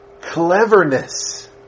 Cleverness